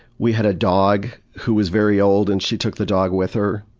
we had a dog who was very old, and she took the dog with her,